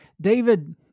David